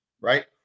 right